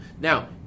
Now